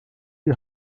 die